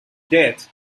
death